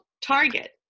Target